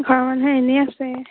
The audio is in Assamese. ঘৰৰ মানুহে এনেই আছে